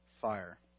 fire